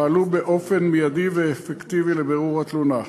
פעלו באופן מיידי ואפקטיבי לבירור התלונה.